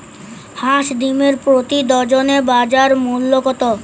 হাঁস ডিমের প্রতি ডজনে বাজার মূল্য কত?